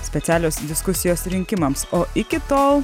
specialios diskusijos rinkimams o iki tol